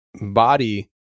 body